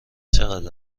چقدر